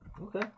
Okay